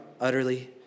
utterly